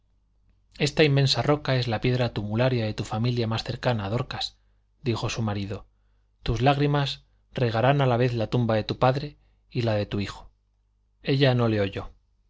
esta inmensa roca es la piedra tumularia de tu familia más cercana dorcas dijo su marido tus lágrimas regarán a la vez la tumba de tu padre y la de tu hijo ella no le oyó